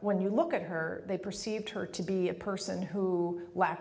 when you look at her they perceive her to be a person who la